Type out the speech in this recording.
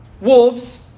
Wolves